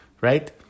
right